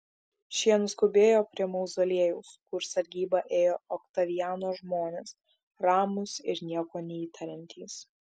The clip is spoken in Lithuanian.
šie nuskubėjo prie mauzoliejaus kur sargybą ėjo oktaviano žmonės ramūs ir nieko neįtariantys